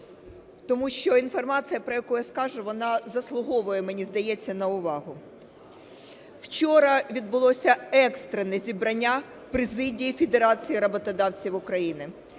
тому що інформація, про яку я скажу, вона заслуговує, мені здається, на увагу. Вчора відбулося екстрене зібрання президії Федерації роботодавців України.